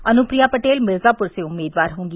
अनुप्रिया पटेल मिर्जापुर से उम्मीदवार होंगी